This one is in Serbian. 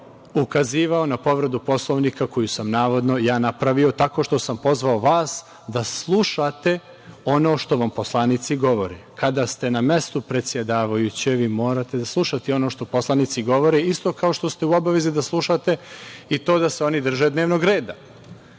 je ukazivao na povredu Poslovnika koju sam navodno ja napravio tako što sam pozvao vas da slušate ono što vam poslanici govore. Kada ste na mestu predsedavajućeg vi morate da slušate ono što poslanici govore, isto kao što ste u obavezi da slušate i to da se oni drže dnevnog reda.